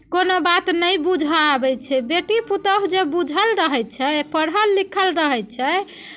कोनो बात नहि बुझय आबै छै बेटी पुतहु जे बूझल रहै छै पढ़ल लिखल रहै छै